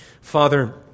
Father